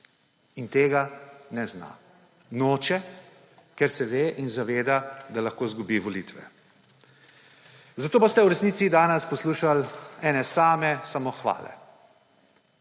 In tega ne zna, noče, ker se zaveda, da lahko izgubi volitve. Zato boste v resnici danes poslušali ene same samohvale.